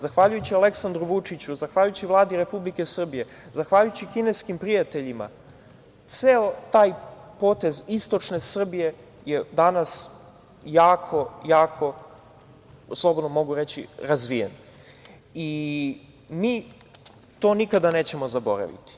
Zahvaljujući Aleksandru Vučiću, zahvaljujući Vladi Republike Srbije, zahvaljujući kineskim prijateljima ceo taj potez istočne Srbije je danas jako, jako, slobodno mogu reći, razvijen i mi to nikada nećemo zaboraviti.